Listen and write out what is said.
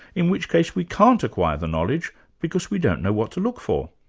in which case we can't acquire the knowledge because we don't know what to look for.